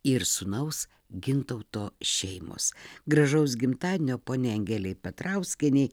ir sūnaus gintauto šeimos gražaus gimtadienio poniai angelei petrauskienei